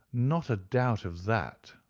not a doubt of that,